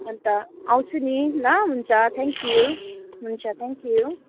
अन्त आउँछु नि ल हुन्छ थ्याङ्क यू हुन्छ थ्याङ्क यू